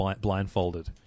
blindfolded